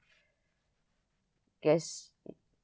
guess it